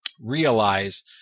realize